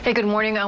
good morning. um